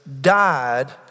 died